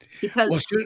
Because-